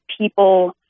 people